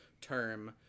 term